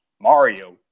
Mario